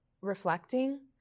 reflecting